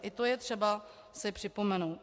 I to je třeba si připomenout.